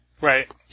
Right